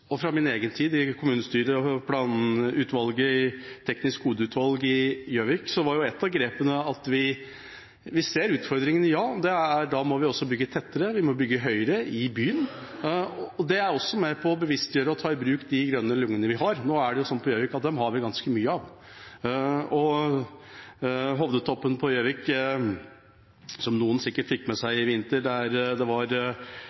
brukes. Fra min egen tid i kommunestyret og planutvalget, teknisk hovedutvalg, på Gjøvik var ett av grepene at ja, vi ser utfordringene, og da må vi også bygge tettere, og vi må bygge høyere i byen. Det er også med på å bevisstgjøre og ta i bruk de grønne lungene vi har. Nå er det sånn på Gjøvik at dem har vi ganske mange av. Hovdetoppen på Gjøvik, som noen sikkert fikk med seg i vinter da det var